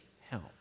help